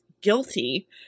guilty